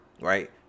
Right